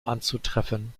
anzutreffen